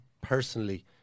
personally